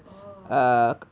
oh